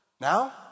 Now